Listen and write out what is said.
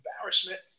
embarrassment